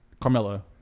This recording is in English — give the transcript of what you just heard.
Carmelo